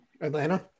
atlanta